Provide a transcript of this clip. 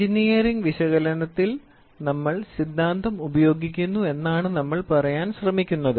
engineering വിശകലനത്തിൽ നമ്മൾ സിദ്ധാന്തം ഉപയോഗിക്കുന്നു എന്നാണ് നമ്മൾ പറയാൻ ശ്രമിക്കുന്നത്